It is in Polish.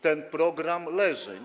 Ten program leży.